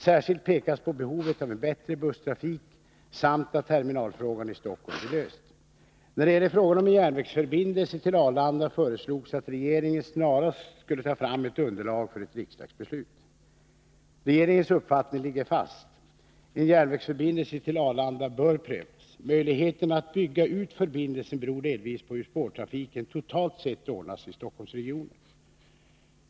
Särskilt pekas på behovet av en bättre busstrafik samt att terminalfrågan i Stockholm blir löst. När det gäller frågan om en järnvägsförbindelse till Arlanda föreslogs att regeringen snarast skulle ta fram ett underlag för ett riksdagsbeslut. Regeringens uppfattning ligger fast. En järnvägsförbindelse till Arlanda bör prövas. Möjligheterna att bygga ut förbindelsen beror delvis på hur spårtrafiken totalt sett ordnas i Stockholmsregionen.